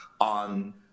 on